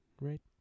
right